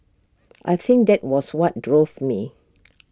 I think that was what drove me